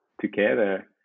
together